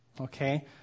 Okay